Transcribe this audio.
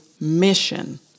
mission